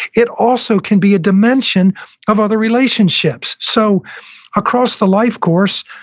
it also can be a dimension of other relationships so across the life course,